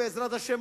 בעזרת השם,